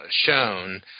shown